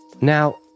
Now